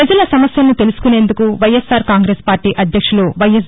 ప్రపజల సమస్యలను తెలుసుకునేందుకు వైఎస్సార్ కాంగ్రెస్ పార్టీ అధ్యక్షులు వైఎస్